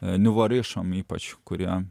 niuvo rišam ypač kurie